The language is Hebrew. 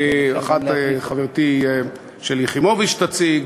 הצעה אחת חברתי שלי יחימוביץ תציג.